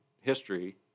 history